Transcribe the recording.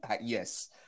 Yes